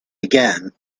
again